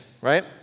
right